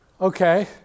Okay